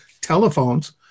telephones